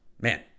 man